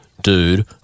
dude